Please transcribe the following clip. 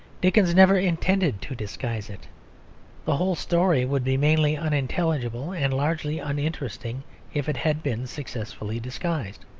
dickens never intended to disguise it the whole story would be mainly unintelligible and largely uninteresting if it had been successfully disguised.